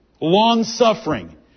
Long-suffering